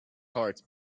heart